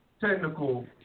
technical